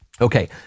Okay